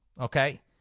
okay